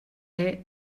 est